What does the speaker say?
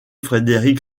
frédéric